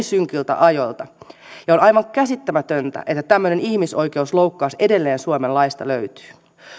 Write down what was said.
synkiltä ajoilta ja on aivan käsittämätöntä että tämmöinen ihmisoikeusloukkaus edelleen suomen laista löytyy